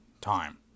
time